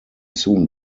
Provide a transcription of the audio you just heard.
soon